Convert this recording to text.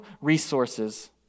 resources